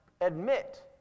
admit